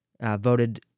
voted